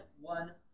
one